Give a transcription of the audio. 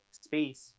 space